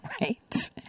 right